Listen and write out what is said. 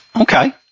Okay